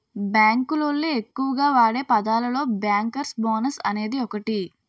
bank లోళ్ళు ఎక్కువగా వాడే పదాలలో బ్యేంకర్స్ బోనస్ అనేది ఒకటి